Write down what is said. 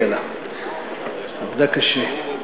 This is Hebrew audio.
עבדה קשה.